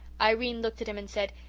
irene looked at him and said,